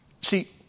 See